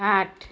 आठ